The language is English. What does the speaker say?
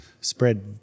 spread